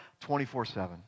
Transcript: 24-7